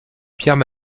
pierre